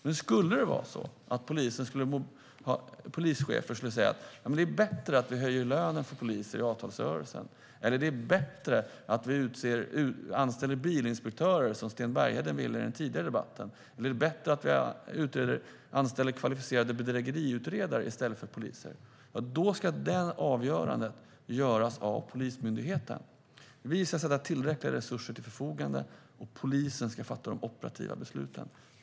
Men om polischefer skulle säga att det är bättre att vi till exempel höjer lönen för poliser i avtalsrörelsen, anställer bilinspektörer - vilket Sten Bergheden i den föregående debatten sa att han ville - eller anställer kvalificerade bedrägeriutredare i stället för poliser, då ska avgörandet fällas av Polismyndigheten. Vi ska ställa tillräckliga resurser till förfogande, och polisen ska fatta de operativa besluten.